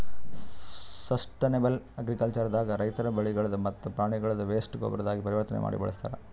sustainable agriculture ದಾಗ ರೈತರ್ ಬೆಳಿಗಳ್ದ್ ಮತ್ತ್ ಪ್ರಾಣಿಗಳ್ದ್ ವೇಸ್ಟ್ ಗೊಬ್ಬರಾಗಿ ಪರಿವರ್ತನೆ ಮಾಡಿ ಬಳಸ್ತಾರ್